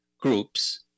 groups